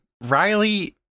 Riley